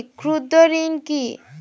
ক্ষুদ্র ঋণ কি?